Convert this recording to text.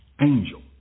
angel